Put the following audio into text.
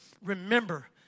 remember